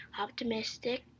Optimistic